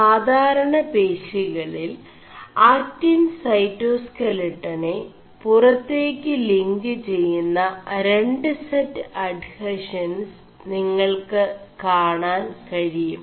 സാധാരണ േപശികളിൽ ആക്ിൻ ൈസോസ്േകേലƒെന പുറേø ് ലി ് െചgM ര് െസ് അഡ്ഹഷൻസ് നിÆൾ ് കാണാൻ കഴിയും